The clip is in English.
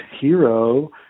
hero